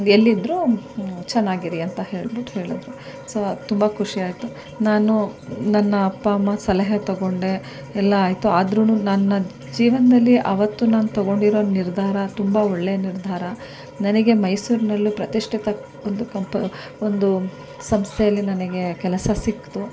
ಎಲ್ಲಿದ್ರೂ ಚನ್ನಾಗಿರಿ ಅಂತ ಹೇಳ್ಬಿಟ್ ಹೇಳಿದ್ರು ಸೊ ಅದ್ ತುಂಬಾ ಖುಷಿ ಆಯ್ತು ನಾನು ನನ್ನ ಅಪ್ಪ ಅಮ್ಮ ಸಲಹೆ ತೊಗೊಂಡೆ ಎಲ್ಲ ಆಯಿತು ಆದರೂನು ನನ್ನ ಜೀವನದಲ್ಲಿ ಆವತ್ತು ನಾನು ತೊಗೊಂಡಿರೋ ನಿರ್ಧಾರ ತುಂಬ ಒಳ್ಳೆ ನಿರ್ಧಾರ ನನಗೆ ಮೈಸೂರಿನಲ್ಲೇ ಪ್ರತಿಷ್ಠಿತ ಒಂದು ಕಂಪೆ ಒಂದು ಸಂಸ್ಥೆಯಲ್ಲಿ ನನಗೆ ಕೆಲಸ ಸಿಕ್ಕಿತು